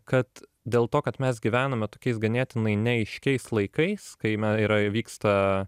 kad dėl to kad mes gyvename tokiais ganėtinai neaiškiais laikais kai me yra vyksta